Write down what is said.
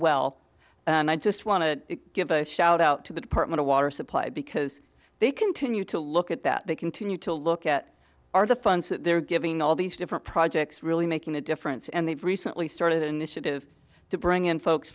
well and i just want to give a shout out to the department of water supply because they continue to look at that they continue to look at our the funds they're giving all these different projects really making a difference and they've recently started initiative to bring in folks